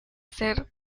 ser